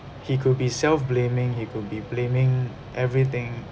he could be self blaming he could be blaming everything